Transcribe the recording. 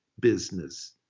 business